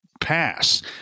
pass